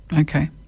Okay